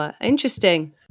Interesting